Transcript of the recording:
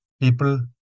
People